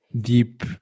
deep